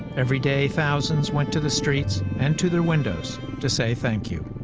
every day, thousands went to the streets and to their windows to say thank you.